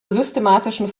systematischen